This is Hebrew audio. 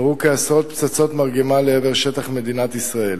נורו כעשרות פצצות מרגמה לעבר שטח מדינת ישראל.